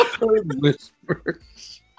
whispers